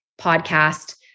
podcast